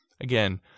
again